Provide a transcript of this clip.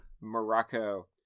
Morocco